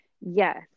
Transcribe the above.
Yes